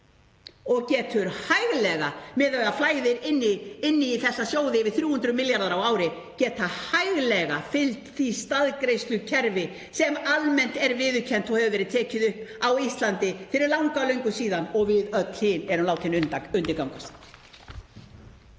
og getur hæglega, miðað við að það flæða inn í þessa sjóði yfir 300 milljarðar á ári, fylgt því staðgreiðslukerfi sem almennt er viðurkennt og hefur verið tekið upp á Íslandi fyrir langa löngu síðan og við öll hin erum látin undirgangast.